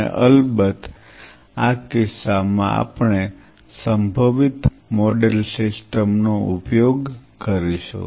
અને અલબત્ત આ કિસ્સામાં આપણે સંભવિત મોડેલ સિસ્ટમ નો ઉપયોગ કરીશું